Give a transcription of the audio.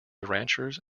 ranchers